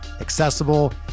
accessible